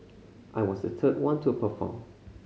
I was the third one to perform